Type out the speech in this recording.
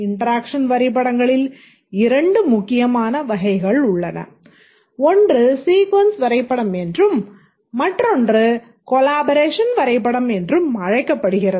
interaction வரைப்படங்களில் இரண்டு முக்கியமான வகைகள் உள்ளன ஒன்று சீக்வென்ஸ் வரைபடம் என்றும் மற்றொன்று கொலபரேஷன் வரைபடம் என்றும் அழைக்கப்படுகிறது